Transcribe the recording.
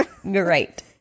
great